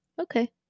Okay